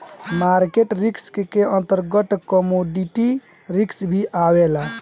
market risk के अंतर्गत commodity risk भी आवेला